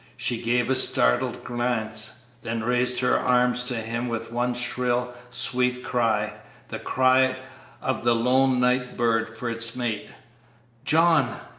she gave a startled glance, then raised her arms to him with one shrill, sweet cry the cry of the lone night-bird for its mate john!